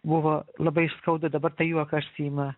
buvo labai skaudu dabar tai juokas ima